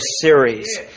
series